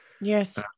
Yes